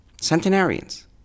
Centenarians